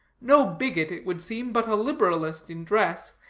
no bigot it would seem, but a liberalist, in dress,